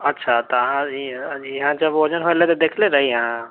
अच्छा तऽ अहाँ यहाँ जब वजन हो रहल रहै देखले रही अहाँ